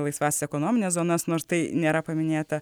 laisvąsias ekonomines zonas nors tai nėra paminėta